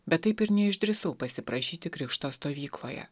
bet taip ir neišdrįsau pasiprašyti krikšto stovykloje